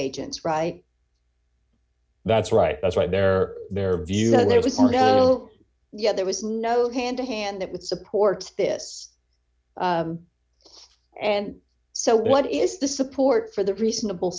agents right that's right that's right there their view that there was no yes there was no hand to hand that would support this and so what is the support for the reasonable